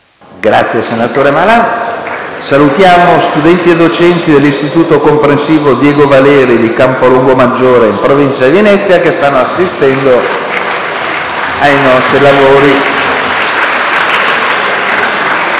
finestra"). Salutiamo gli studenti e i docenti dell'Istituto comprensivo «Diego Valeri» di Campolongo Maggiore, in provincia di Venezia, che stanno assistendo ai nostri lavori.